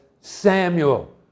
Samuel